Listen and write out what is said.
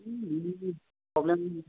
problem